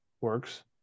works